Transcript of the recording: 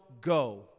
go